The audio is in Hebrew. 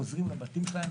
חוזרים לבתים שלהם.